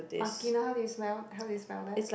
how do you spell how you spell that